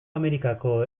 amerikako